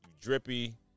drippy